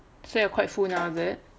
so you're quite full now is it